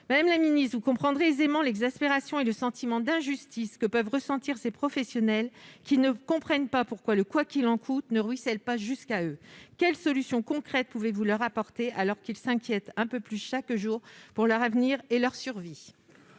décembre. Vous comprendrez aisément l'exaspération et le sentiment d'injustice que peuvent ressentir ces professionnels. Ils ne s'expliquent pas pourquoi le « quoi qu'il en coûte » ne ruisselle pas jusqu'à eux. Quelles solutions concrètes pouvez-vous leur apporter alors qu'ils s'inquiètent un peu plus chaque jour pour leur avenir et leur survie ?